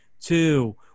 two